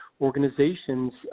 organizations